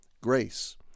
grace